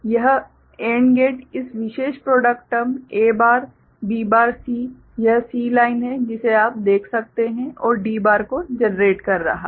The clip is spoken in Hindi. यह AND गेट इस विशेष product term A bar B bar C यह C लाइन है जिसे आप देख सकते हैं और D बार को जनरेट कर रहा है